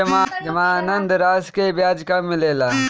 जमानद राशी के ब्याज कब मिले ला?